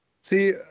see